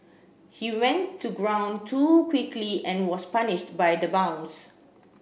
he went to ground too quickly and was punished by the bounce